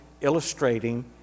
illustrating